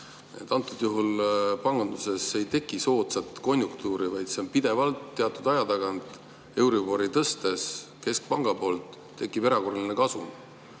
Antud juhul ei ole panganduses tekkinud soodsat konjunktuuri, vaid seal pidevalt teatud aja tagant, euribori tõstes keskpanga poolt, tekib erakorraline kasum.